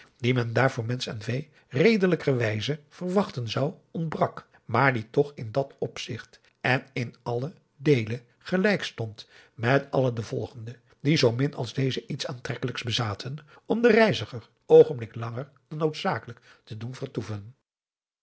die men daar voor mensch en vee redelijker wijze verwachten zou ontbrak maar die toch in dat opzigt en in allen deele gelijk stond met alle de volgende die zoo min als deze iets aantrekkelijks bezaten om den reiziger een oogenblik langer dan noodzakelijk te doen vertoeven